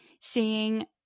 seeing